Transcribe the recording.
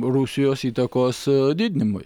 rusijos įtakos didinimui